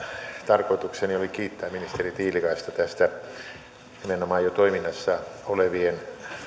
tarkoitukseni oli kiittää ministeri tiilikaista tästä nimenomaan jo toiminnassa olevien